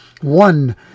one